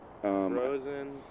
Frozen